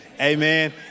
Amen